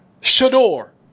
Shador